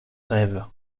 rêve